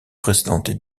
précédentes